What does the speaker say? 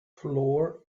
floor